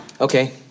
Okay